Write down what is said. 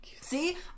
see